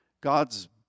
God's